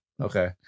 Okay